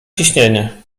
ciśnienie